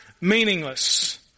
meaningless